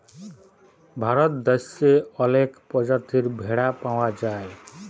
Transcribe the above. ভারত দ্যাশে অলেক পজাতির ভেড়া পাউয়া যায়